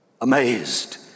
amazed